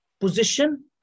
Position